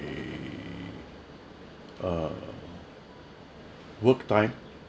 err uh work time